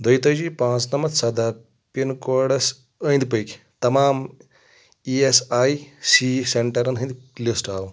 دۄیتٲجی پانژھ نٛمتھ سَداہ پِن کوڈس أنٛدۍ پٔکۍ تمام اِی ایس آے سی سینٹرن ہٕنٛدۍ لسٹ ہاو